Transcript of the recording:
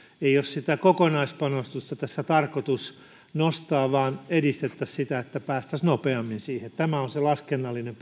ole sitä kokonaispanostusta tässä tarkoitus nostaa vaan edistettäisiin sitä että päästäisiin nopeammin siihen tämä on se laskennallinen